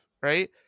right